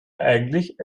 endlich